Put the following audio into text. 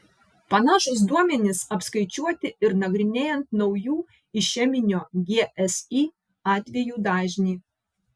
panašūs duomenys apskaičiuoti ir nagrinėjant naujų išeminio gsi atvejų dažnį